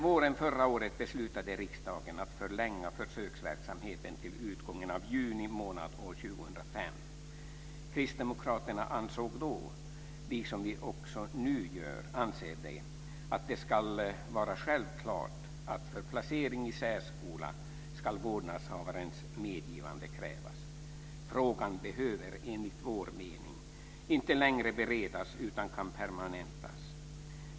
Under förra året beslutade riksdagen att förlänga försöksverksamheten till utgången av juni månad år 2005. Kristdemokraterna ansåg då - liksom vi anser också nu - att det ska vara självklart att för placering i särskola ska vårdnadshavarens medgivande krävas. Frågan behöver, enligt vår mening, inte längre beredas, utan försöksverksamheten bör permanentas.